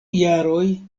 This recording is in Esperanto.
jaroj